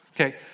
Okay